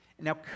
Now